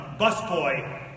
busboy